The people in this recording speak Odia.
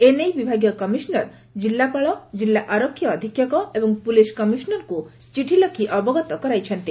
ଏ ନେଇ ବିଭାଗୀୟ କମିଶନର ଜିଲ୍ଲାପାଳ କିଲ୍ଲା ଆରକ୍ଷି ଅଧିକ୍ଷକ ଏବଂ ପୁଲିସ କମିଶନରଙ୍କୁ ଚିଠି ଲେଖି ଅବଗତ କରାଇଛନ୍ତି